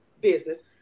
business